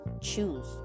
Choose